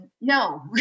no